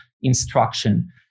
instruction